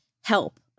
help